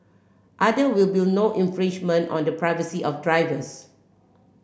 are there will no infringement on the privacy of drivers